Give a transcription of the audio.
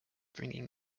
bringing